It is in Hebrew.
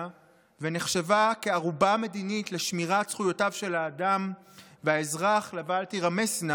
ונחשבה כערובה מדינית לשמירת זכויותיו של האדם והאזרח לבל תירמסנה